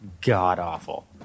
god-awful